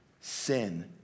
Sin